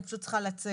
אני פשוט צריכה לצאת.